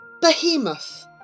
Behemoth